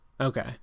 okay